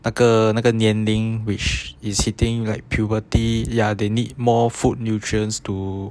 那个那个年龄 which is hitting like puberty ya they need more food nutrients to